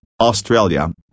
Australia